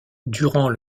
durant